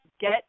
get